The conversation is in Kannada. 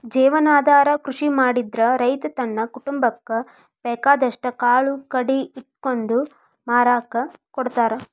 ಜೇವನಾಧಾರ ಕೃಷಿ ಮಾಡಿದ್ರ ರೈತ ತನ್ನ ಕುಟುಂಬಕ್ಕ ಬೇಕಾದಷ್ಟ್ ಕಾಳು ಕಡಿ ಇಟ್ಕೊಂಡು ಮಾರಾಕ ಕೊಡ್ತಾರ